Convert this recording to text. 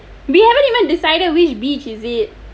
we haven't even decided which beach is it